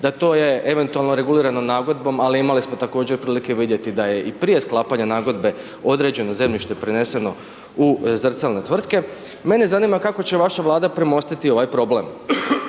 da to je eventualno regulirano nagodbom, ali imali smo također prilike vidjeti da je i prije sklapanja nagodbe određeno zemljište preneseno u zrcalne tvrtke, mene zanima kako će vaša Vlada premostiti ovaj problem?